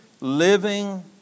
living